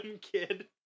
kid